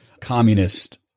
communist